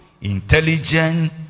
intelligent